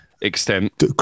extent